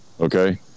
okay